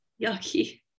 yucky